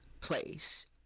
place